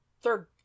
third